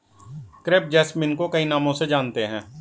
crepe jasmine को कई नामों से जानते हैं